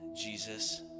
Jesus